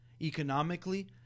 economically